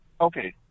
Okay